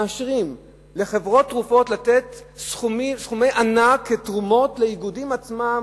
מאשרים לחברות תרופות לתת סכומי ענק כתרומות לאיגודים עצמם,